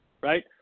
right